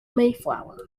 mayflower